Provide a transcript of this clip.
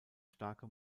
starke